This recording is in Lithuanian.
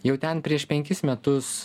jau ten prieš penkis metus